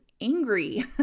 angry